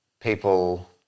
people